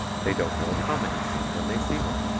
they don't know a comedy scene when they see one.